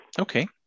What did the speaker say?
Okay